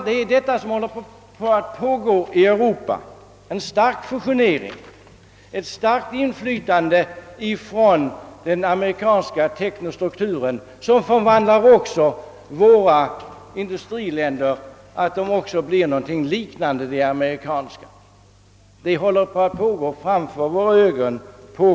Det är vad som nu pågår i Europa, en stark fusionering och ett starkt inflytande från den amerikanska teknostrukturen som förvandlar våra industriländer till något liknande de amerikanska. Det pågår ständigt framför våra ögon.